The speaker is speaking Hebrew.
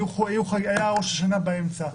היה ראש השנה באמצע,